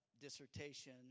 dissertation